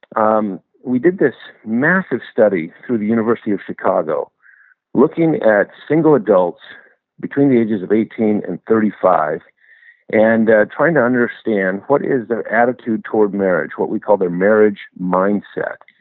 um we did this massive study through the university of chicago looking at single adults between the ages of eighteen and thirty five and trying to understand what is their attitude toward marriage, what we call their marriage mindset.